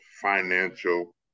financial